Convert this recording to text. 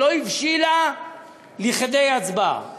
שלא הבשילה כדי הצבעה,